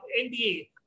NDA